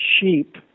sheep